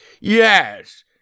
yes